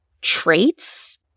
traits